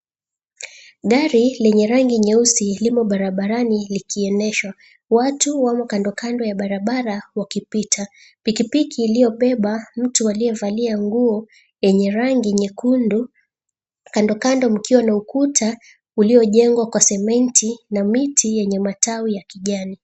Gari lenye rangi nyeusi limo barabarani likiendeshwa, watu wamo kandokando ya barabara wakipita, pikipiki iliyobeba mtu aliyevalia nguo yenye rangi nyekundu, kandokando mkiwa na ukuta uliojengwa kwa sementi na miti yenye matawi ya kijani.